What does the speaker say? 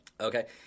Okay